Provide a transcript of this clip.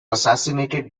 assassinated